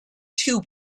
too